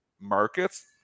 markets